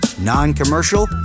non-commercial